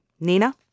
Nina